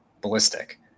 ballistic